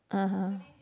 (uh huh)